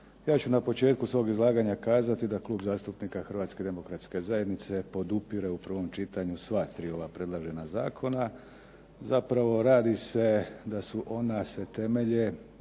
ja ću na početku svog izlaganja kazati da Klub zastupnika Hrvatske demokratske zajednice podupire u prvom čitanju sva tri ova predložena zakona. Zapravo, radi se da su ona se temelje